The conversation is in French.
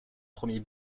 premier